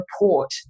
report